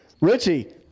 richie